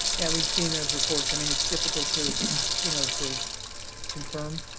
yeah, we've seen those reports. i mean, it's difficult to you know to confirm